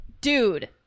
dude